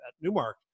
Newmark